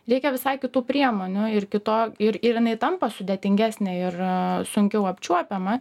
reikia visai kitų priemonių ir kito ir ir jinai tampa sudėtingesnė ir sunkiau apčiuopiama